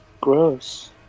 Gross